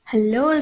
Hello